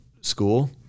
School